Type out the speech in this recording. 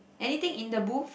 anything in the booth